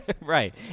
Right